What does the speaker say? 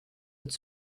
het